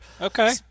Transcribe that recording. Okay